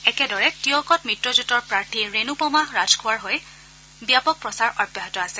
একেদৰে টীয়কত মিত্ৰজোঁটৰ প্ৰাৰ্থী ৰেণুপমা ৰাজখোৱাৰ হৈ ব্যাপক প্ৰচাৰ অব্যাহত আছে